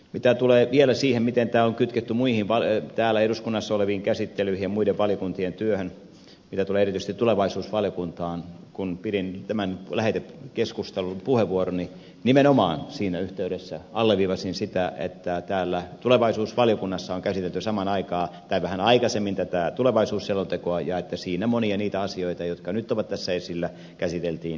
mitä tulee vielä siihen miten tämä on kytketty muihin täällä eduskunnassa oleviin käsittelyihin ja muiden valiokuntien työhön mitä tulee erityisesti tulevaisuusvaliokuntaan kun pidin tämän lähetekeskustelupuheenvuoroni nimenomaan siinä yhteydessä alleviivasin sitä että täällä tulevaisuusvaliokunnassa on käsitelty samaan aikaan tai vähän aikaisemmin tätä tulevaisuusselontekoa ja että monia niitä asioita jotka nyt ovat tässä esillä käsiteltiin jo siinä